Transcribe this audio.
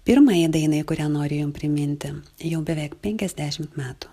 pirmajai dainai kurią noriu jum priminti jau beveik penkiasdešimt metų